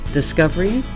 discovery